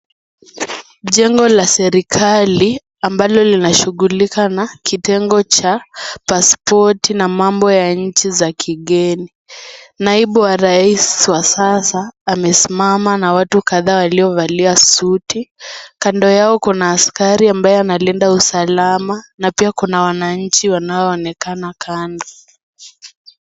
Jengo la serikali ambalo linashughulika na kitengo cha paspoti na mambo ya nje za kigeni. Naibu wa rais wa sasa amesimama na watu kadhaa waliovalia suti kando yao kuna askari ambayo analinda usalama na pia kuna wananchi wanao onekana kando.